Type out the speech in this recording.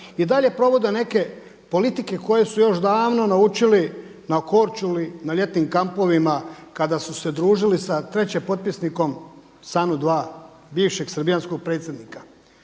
I dalje provode neke politike koje su još davno naučili na Korčuli, na ljetnim kampovima kada su se družili sa treće potpisnikom …/Govornik se ne razumije./… bivšeg srbijanskog predsjednika.